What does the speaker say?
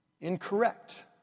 incorrect